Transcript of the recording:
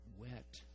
wet